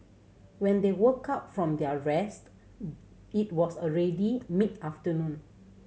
when they woke up from their rest it was already mid afternoon